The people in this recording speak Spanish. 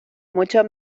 mucho